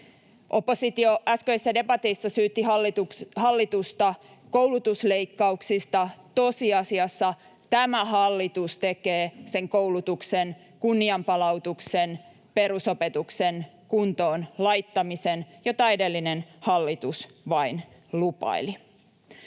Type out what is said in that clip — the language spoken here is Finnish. Oppositio äskeisessä debatissa syytti hallitusta koulutusleikkauksista. Tosiasiassa tämä hallitus tekee sen koulutuksen kunnianpalautuksen, perusopetuksen kuntoon laittamisen, jota edellinen hallitus vain lupaili.